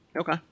Okay